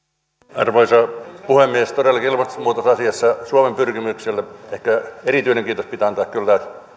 arvoisa puhemies todellakin ilmastonmuutosasiassa suomen pyrkimyksissä ehkä erityinen kiitos pitää antaa kyllä